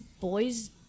boys